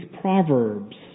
Proverbs